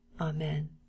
Amen